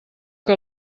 que